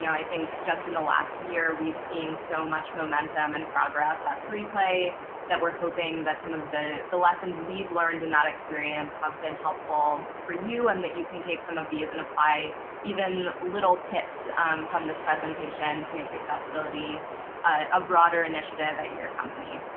i think just in the last year, we've seen so much momentum and progress at three play that we're hoping that some of the the lessons we've learned in that experience have been helpful for you and that you can take some of these and apply even little tips from this presentation to make accessibility a broader initiative at your company.